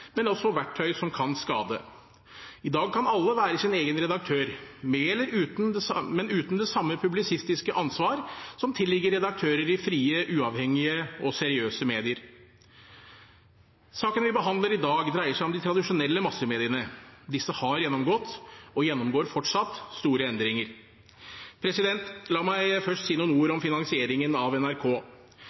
men også verktøy som kan skade. I dag kan alle være sin egen redaktør, men uten det samme publisistiske ansvar som tilligger redaktører i frie, uavhengige og seriøse medier. Saken vi behandler i dag, dreier seg om de tradisjonelle massemediene. Disse har gjennomgått, og gjennomgår fortsatt, store endringer. La meg først si noen ord om finansieringen av NRK.